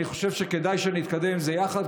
אני חושב שכדאי שנתקדם עם זה יחד,